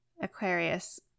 Aquarius